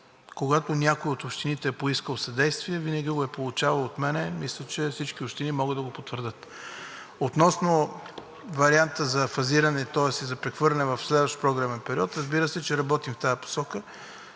Когато някоя от общините е поискала съдействие, винаги го е получавала от мен. Мисля, че всички общини могат да го потвърдят. Относно варианта за фазиране, тоест за прехвърляне в следващ програмен период, разбира се, че работим в тази посока.